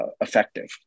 effective